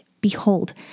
Behold